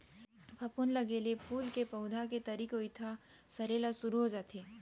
फफूंद लगे ले फूल के पउधा के तरी कोइत ह सरे ल सुरू हो जाथे